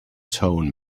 tone